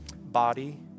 body